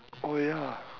oh ya